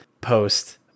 post